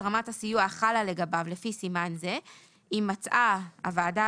רמת הסיוע החלה לגביו לפי סימן זה אם מצאה הוועדה